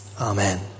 Amen